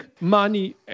money